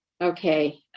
Okay